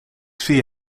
zie